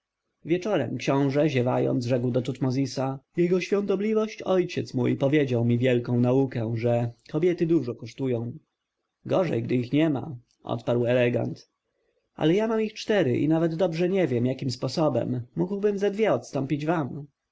wieczorem książę ziewając rzekł do tutmozisa jego świątobliwość ojciec mój powiedział mi wielką naukę że kobiety dużo kosztują gorzej gdy ich niema odparł elegant ale ja mam ich cztery i nawet dobrze nie wiem jakim sposobem mógłbym ze dwie odstąpić wam